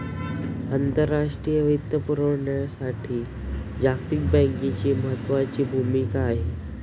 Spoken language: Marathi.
आंतरराष्ट्रीय वित्तपुरवठ्यात जागतिक बँकेची महत्त्वाची भूमिका आहे